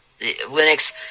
Linux